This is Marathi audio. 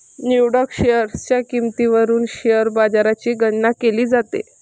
निवडक शेअर्सच्या किंमतीवरून शेअर बाजाराची गणना केली जाते